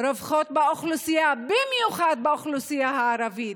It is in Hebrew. רווחות באוכלוסייה, במיוחד באוכלוסייה הערבית,